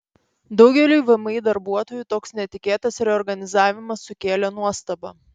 daugeliui vmi darbuotojų toks netikėtas reorganizavimas sukėlė nuostabą